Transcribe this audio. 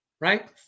right